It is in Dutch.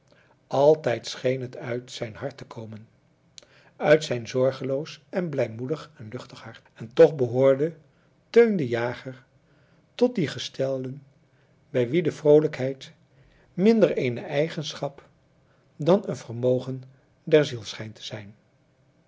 altijd scheen het uit zijn hart te komen uit zijn zorgeloos en blijmoedig en luchtig hart en toch behoorde teun de jager tot die gestellen bij wie de vroolijkheid minder eene eigenschap dan een vermogen der ziel schijnt te zijn